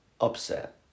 upset